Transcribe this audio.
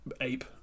ape